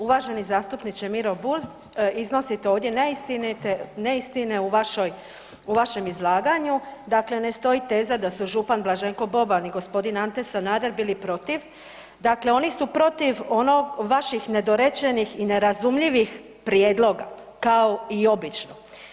Uvaženi zastupniče Miro Bulj, iznosite ovdje neistine u vašem izlaganju, dakle ne stoji teza da su župan Blaženko Boban i g. Ante Sanader bili protiv, dakle oni su protiv onog vaših nedorečenih i nerazumljivih prijedloga kao i obično.